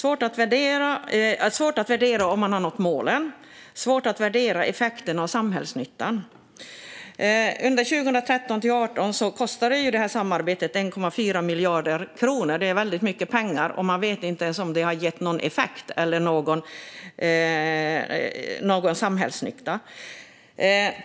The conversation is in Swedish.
Det är svårt att värdera om man har nått målen och svårt att värdera effekten och samhällsnyttan. Under 2013-2018 kostade detta samarbete 1,4 miljarder kronor. Det är väldigt mycket pengar, och man vet inte ens om det har gett någon effekt eller någon samhällsnytta.